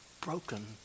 broken